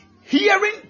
hearing